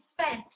spent